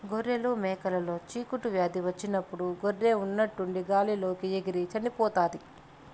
గొర్రెలు, మేకలలో చిటుకు వ్యాధి వచ్చినప్పుడు గొర్రె ఉన్నట్టుండి గాలి లోకి ఎగిరి చనిపోతాది